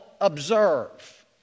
observe